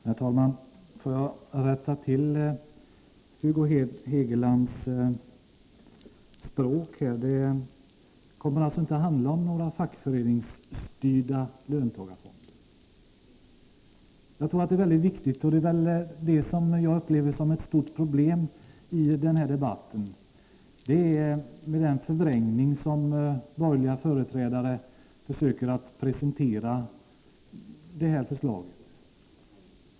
Herr talman! Jag vill rätta till Hugo Hegelands språk. Det kommer alltså inte att handla om några fackföreningsstyrda löntagarfonder. Vad jag upplever som ett stort problem i denna debatt är den förvrängning som borgerliga företrädare gör sig skyldiga till när de försöker presentera detta förslag.